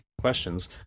questions